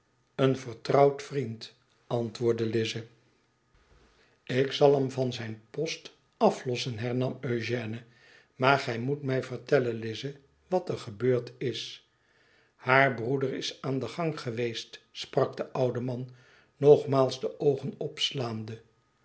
een vertrouwd vriend antwoordde lize ikzalhem van zijn post aflossen hernam ugène maar gij moet mij vertellen lise wat er gebeurd is haar broeder is aan den gang geweest sprak de oude man nogmaals de oogen opslaande